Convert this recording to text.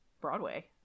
Broadway